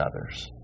others